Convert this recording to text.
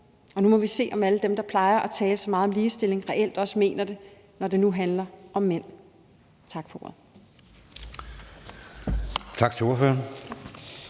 og nu må vi se, om alle dem, der plejer at tale så meget om ligestilling, reelt også mener det, når det nu handler om mænd. Tak for ordet.